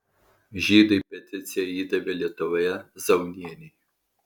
žydai peticiją įdavė lietuvoje zaunienei